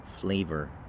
flavor